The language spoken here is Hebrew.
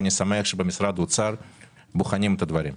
אני שמח שבמשרד האוצר בוחנים את הדברים.